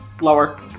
lower